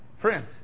friends